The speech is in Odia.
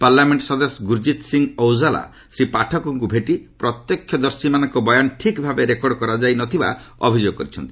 ପାର୍ଲାମେଣ୍ଟ ସଦସ୍ୟ ଗ୍ରରଜିତ୍ ସିଂହ ଔକଲା ଶ୍ରୀ ପାଠକଙ୍କୁ ଭେଟି ପ୍ରତ୍ୟକ୍ଷଦର୍ଶୀମାନଙ୍କ ବୟାନ ଠିକ୍ ଭାବେ ରେକର୍ଡ କରାଯାଇ ନ ଥିବା ଅଭିଯୋଗ କରିଛନ୍ତି